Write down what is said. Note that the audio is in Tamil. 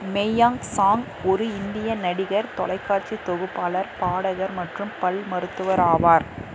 மெய்யாங் சாங் ஒரு இந்திய நடிகர் தொலைக்காட்சி தொகுப்பாளர் பாடகர் மற்றும் பல் மருத்துவர் ஆவார்